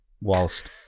Whilst